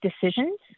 decisions